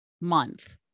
month